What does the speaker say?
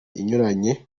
inyuranye